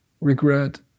regret